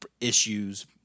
issues